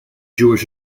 jewish